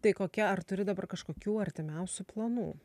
tai kokia ar turi dabar kažkokių artimiausių planų